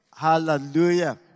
Hallelujah